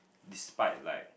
despite like